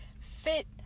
fit